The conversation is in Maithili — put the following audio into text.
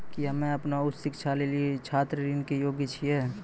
कि हम्मे अपनो उच्च शिक्षा लेली छात्र ऋणो के योग्य छियै?